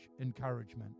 encouragement